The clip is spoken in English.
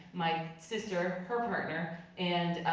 my sister, her partner, and